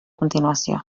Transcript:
continuació